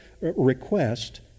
request